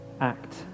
act